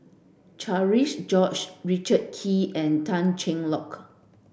Cherian George Richard Kee and Tan Cheng Lock